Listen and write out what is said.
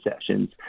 sessions